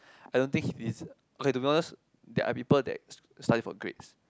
I don't think he deserve okay to be honest there are people that study for grades